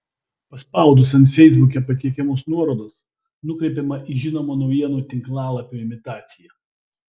paspaudus ant feisbuke patiekiamos nuorodos nukreipiama į žinomo naujienų tinklalapio imitaciją